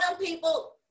people